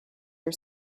are